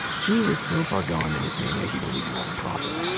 he was so far gone in his mania he believed he was a prophet.